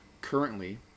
currently